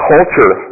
Culture